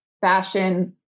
fashion